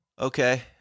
okay